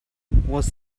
was